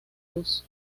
luz